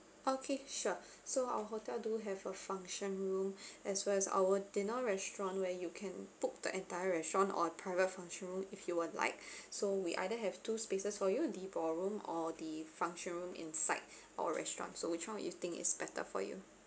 okay sure so our hotel do have a function room as well as our dinner restaurant where you can book the entire restaurant or private function room if you will like so we either have two spaces for you the ballroom or the function room inside our restaurants so which one you think is better for you